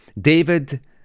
David